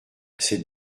cette